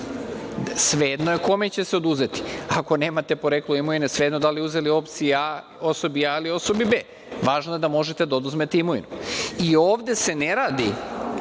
Svejedno je kome će se oduzeti. Ako nemate poreklo imovine, svejedno da li uzeli osobi A ili osobi B, važno je da možete da oduzmete imovinu. I ovde se ne radi